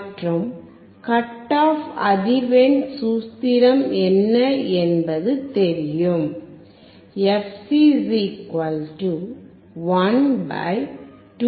மற்றும் cut off அதிர்வெண் சூத்திரம் என்ன என்பது தெரியும் fc 1 2πRC